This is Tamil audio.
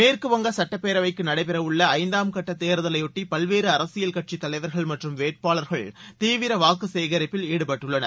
மேற்கு வங்க சட்டப்பேரவைக்கு நடைபெற உள்ள ஐந்தாம் கட்ட தேர்தலையொட்டி பல்வேறு அரசியல் கட்சி தலைவர்கள் மற்றும் வேட்பாளர்கள் தீவிர வாக்கு சேகரிப்பில் ஈடுபட்டுள்ளனர்